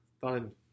fun